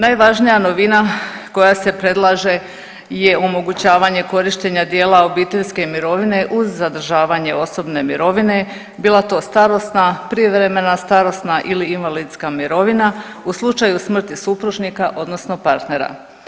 Najvažnija novina koja se predlaže je omogućavanje korištenja dijela obiteljske mirovine uz zadržavanje osobne mirovine bila to starosna, privremena starosna ili invalidska mirovina u slučaju smrti supružnika odnosno partnera.